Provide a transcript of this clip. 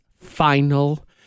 final